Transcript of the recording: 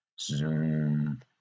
Zoom